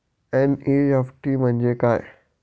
NEFT म्हणजे काय?